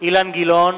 אילן גילאון,